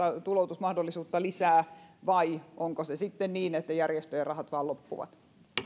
tuloutusmahdollisuutta lisää vai onko se sitten niin että järjestöjen rahat vain loppuvat